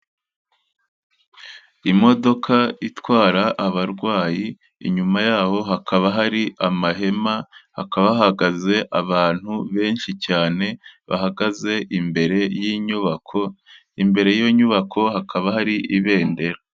Imodoka itwara abarwayi inyuma yabo hakaba hari amahema, hakaba hahagaze abantu benshi cyane bahagaze imbere y'inyubako, imbere y'iyo nyubako hakaba hari ibendera.